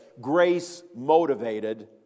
grace-motivated